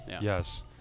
Yes